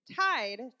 tied